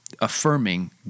affirming